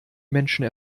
menschen